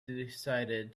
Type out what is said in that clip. decided